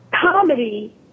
Comedy